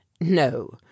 No